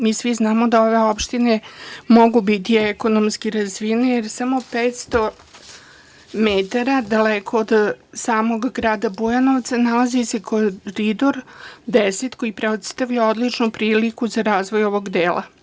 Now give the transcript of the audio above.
Mi svi znamo da ove opštine mogu biti ekonomski razvijene, jer samo 500 metara daleko od samog grada Bujanovca nalazi se Koridor 10 koji predstavlja odličnu priliku za razvoj ovog dela.